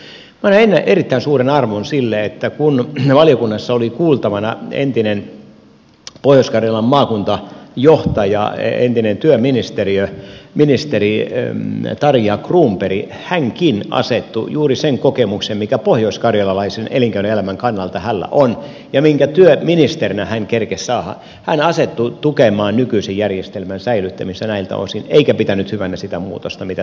minä annan erittäin suuren arvon sille että kun valiokunnassa oli kuultavana entinen pohjois karjalan maakuntajohtaja entinen työministeri tarja cronberg hänkin juuri sen kokemuksen perusteella mikä pohjoiskarjalaisen elinkeinoelämän kannalta hänellä on ja minkä työministerinä kerkesi saada asettui tukemaan nykyisen järjestelmän säilyttämistä näiltä osin eikä pitänyt hyvänä sitä muutosta mitä tässä nyt esitetään